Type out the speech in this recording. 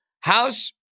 House